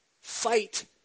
fight